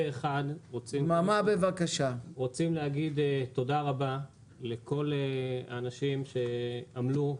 אחד רוצים להגיד תודה רבה לכל האנשים שעמלו,